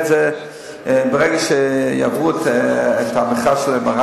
אנחנו נראה את זה ברגע שיעברו את המכרז ל-MRI.